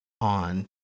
on